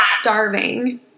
starving